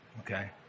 Okay